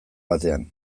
batean